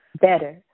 better